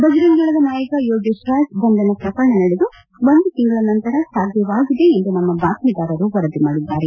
ಭಜರಂಗದಳದ ನಾಯಕ ಯೋಗೇಶ್ರಾಜ್ ಬಂಧನ ಪ್ರಕರಣ ನಡೆದು ಒಂದು ತಿಂಗಳ ನಂತರ ಸಾಧ್ಯವಾಗಿದೆ ಎಂದು ನಮ್ಮ ಬಾತ್ಮೀದಾರರು ವರದಿ ಮಾಡಿದ್ದಾರೆ